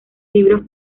libros